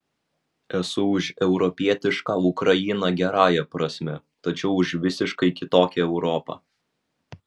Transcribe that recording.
esu už europietišką ukrainą gerąja prasme tačiau už visiškai kitokią europą